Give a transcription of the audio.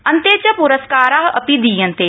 अन्ते च प्रस्कारा अपि दीयन्ते